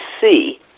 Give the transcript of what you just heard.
see